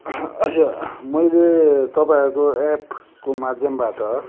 आज मैले तपाईँहरूको एपको माध्यमबाट